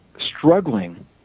struggling